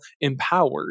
empowered